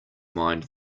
mind